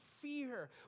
fear